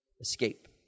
escape